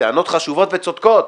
טענות חשובות וצודקות.